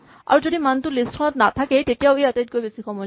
আৰু যদি মানটো লিষ্ট খনত নাথাকেই তেতিয়াও ই আটাইতকৈ বেছি সময় ল'ব